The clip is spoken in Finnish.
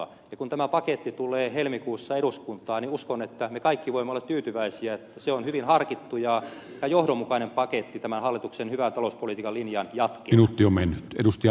ja kun tämä paketti tulee helmikuussa eduskuntaan niin uskon että me kaikki voimme olla tyytyväisiä että se on hyvin harkittu ja johdonmukainen paketti tämän hallituksen hyvän talouspolitiikan linjan jatkeena